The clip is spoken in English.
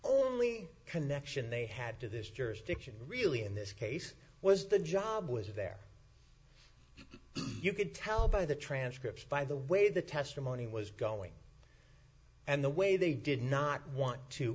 only connection they had to this jurisdiction really in this case was the job was there you could tell by the transcripts by the way the testimony was going and the way they did not want to